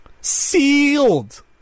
Sealed